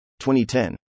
2010